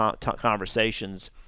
conversations